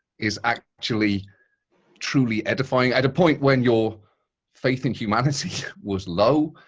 is actually truly edifying. at a point when your faith in humanity was low,